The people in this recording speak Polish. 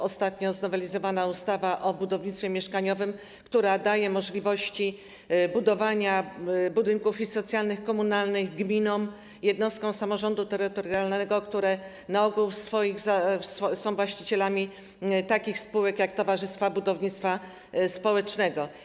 Ostatnio została znowelizowana ustawa o budownictwie mieszkaniowym, która daje możliwość budowania budynków socjalnych i komunalnych gminom, jednostkom samorządu terytorialnego, które na ogół są właścicielami takich spółek, jak towarzystwa budownictwa społecznego.